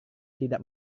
tidak